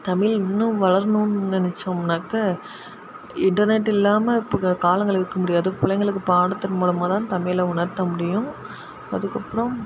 தமிழ் இன்னும் வளரனும் நினைச்சோம்னாக்க இன்டர்நெட் இல்லாமல் இப்போ காலங்கள் இருக்க முடியாது பிள்ளைங்களுக்கு பாடத்தின் மூலமாக தான் தமிழை உணர்த்த முடியும் அதுக்கப்புறம்